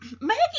maggie